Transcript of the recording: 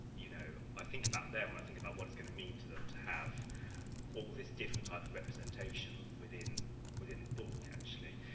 you know, i think about them, when i think about what it's gonna mean to them to have all this different type of representation within within the book, actually,